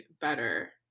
better